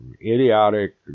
idiotic